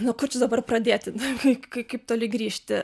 nuo ko čia dabar pradėti kai kai kaip toli grįžti